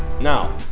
Now